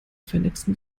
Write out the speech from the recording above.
vernetzen